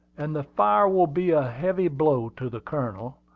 and the fire will be a heavy blow to the colonel.